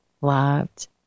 loved